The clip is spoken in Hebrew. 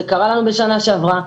זה קרה לנו בשנה שעברה.